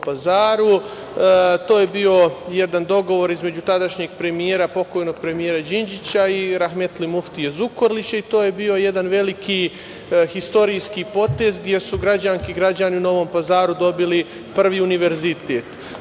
To je bio jedan dogovor između tadašnjeg premijera, pokojnog premijera Đinđića i rahmetli muftije Zukorlića, i to je bio jedan veliki istorijski potez gde su građanke i građani u Novom Pazaru dobili prvi univerzitet. Od